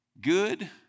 good